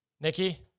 nikki